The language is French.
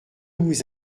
vous